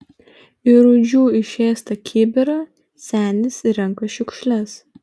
į rūdžių išėstą kibirą senis renka šiukšles